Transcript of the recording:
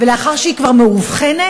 ולאחר שהיא כבר מאובחנת,